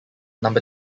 number